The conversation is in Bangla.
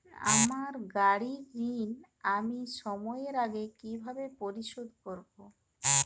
আমার গাড়ির ঋণ আমি সময়ের আগে কিভাবে পরিশোধ করবো?